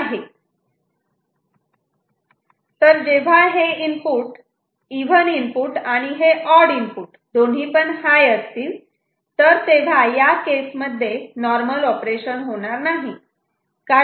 तर जेव्हा हे इव्हन इनपुट आणि हे ऑड इनपुट दोन्हीपण हाय असतील तर तेव्हा या केसमध्ये नॉर्मल ऑपरेशन होणार नाही